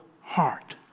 heart